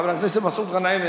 חבר הכנסת מסעוד גנאים,